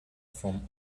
from